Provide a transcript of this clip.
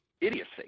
idiocy